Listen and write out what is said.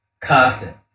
constant